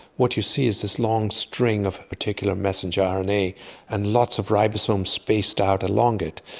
what you see is this long string of particular messenger rna and lots of ribosomes spaced out along it.